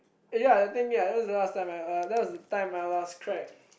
ya I think ya it was the last time I uh that was the time I last cried